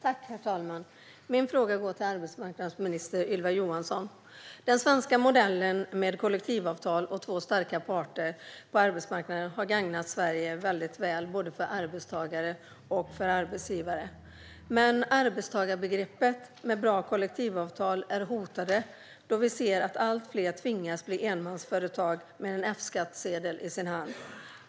Herr talman! Min fråga går till arbetsmarknadsminister Ylva Johansson. Den svenska modellen med kollektivavtal och två starka parter på arbetsmarknaden har gagnat Sverige väl, både för arbetstagare och arbetsgivare. Men arbetstagarbegreppet med bra kollektivavtal är hotat eftersom vi ser att allt fler tvingas bli enmansföretagare med F-skattsedel i handen.